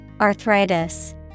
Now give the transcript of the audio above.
Arthritis